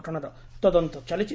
ଘଟଶାର ତଦନ୍ତ ଚାଲିଛି